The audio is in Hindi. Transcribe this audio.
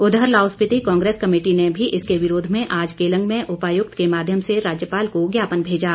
उधर लाहौल स्पिति कांग्रेस कमेटी ने भी इसके विरोध में आज केलंग में उपायुक्त के माध्यम से राज्यपाल को ज्ञापन भेजा